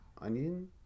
onion